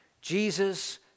Jesus